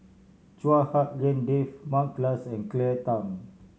Chua Hak Lien Dave Mary Klass and Claire Tham